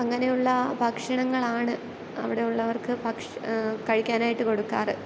അങ്ങനെയുള്ള ഭക്ഷണങ്ങളാണ് അവിടെയുള്ളവർക്ക് ഭക്ഷ കഴിക്കാനായിട്ട് കൊടുക്കാറ്